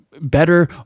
better